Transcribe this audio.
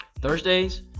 Thursdays